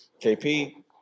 KP